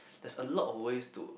there's a lot of ways to